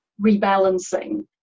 rebalancing